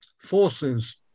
forces